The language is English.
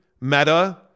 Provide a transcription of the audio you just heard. meta